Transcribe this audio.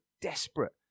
desperate